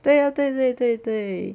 对啊对对对对